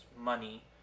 money